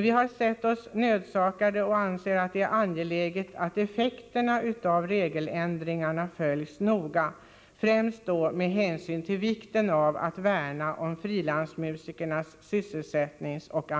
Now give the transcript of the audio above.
Vi har dock också sett det som angeläget att effekterna av dessa regeländringar följs noga, främst med hänsyn till vikten av att värna om frilansmusikernas sysselsättningsoch